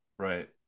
Right